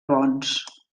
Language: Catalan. bons